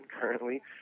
currently